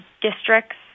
districts